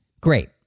Great